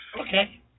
Okay